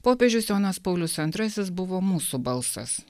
popiežius jonas paulius antrasis buvo mūsų balsas